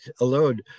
alone